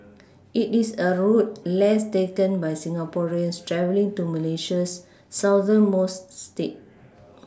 it is a route less taken by Singaporeans travelling to Malaysia's southernmost state